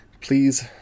Please